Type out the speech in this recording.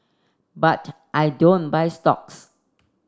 but I don't buy stocks